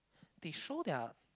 they show their